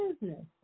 business